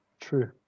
True